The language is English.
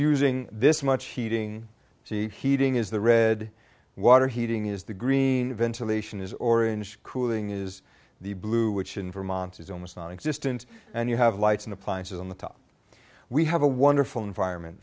using this much heating the heating is the red water heating is the green ventilation is orange cooling is the blue which in vermont is almost nonexistent and you have lights in appliances on the top we have a wonderful environment